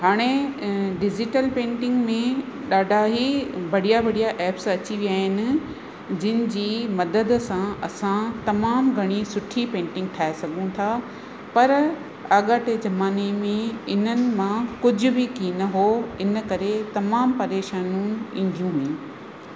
हाणे digital painting में ॾाढा ई बढ़िया बढ़िया ऐप्स अची विया आहिनि जंहिंजी मदद सां असां तमामु घणी सुठी पेंटिंग ठाए सघू था पर अगटे जमाने में इन्हनि मां कुझ बि की न हुओ इन करे तमामु परेशानियूं ईंदियूं आहिनि